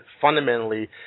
fundamentally